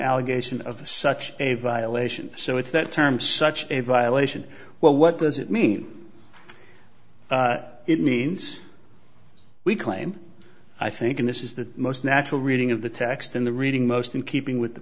allegation of such a violation so it's that term such a violation well what does it mean it means we claim i think in this is the most natural reading of the text in the reading most in keeping with the